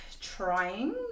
trying